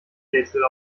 rätsel